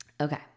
Okay